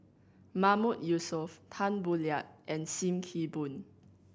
Mahmood Yusof Tan Boo Liat and Sim Kee Boon